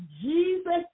Jesus